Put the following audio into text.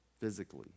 physically